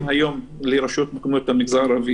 היום לרשויות מקומיות במגזר הערבי.